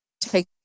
take